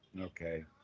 Okay